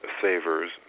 savers